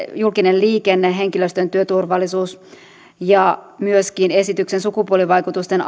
julkinen liikenne henkilöstön työturvallisuus ja myöskin esityksen sukupuolivaikutusten